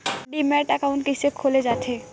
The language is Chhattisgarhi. डीमैट अकाउंट कइसे खोले जाथे?